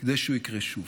כדי שהוא יקרה שוב.